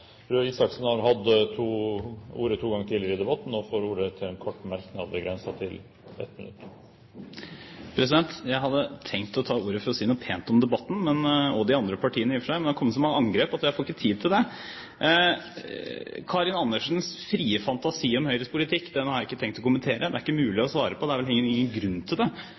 Røe Isaksen har hatt ordet to ganger tidligere og får ordet til en kort merknad, begrenset til 1 minutt. Jeg hadde tenkt å ta ordet for å si noe pent om debatten og de andre partiene i og for seg, men det har kommet så mange angrep at jeg ikke får tid til det. Karin Andersens frie fantasi om Høyres politikk har jeg ikke tenkt å kommentere. Det er ikke mulig å svare på det, og det er vel heller ingen grunn til det.